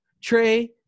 Trey